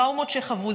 עם טראומות שחוו,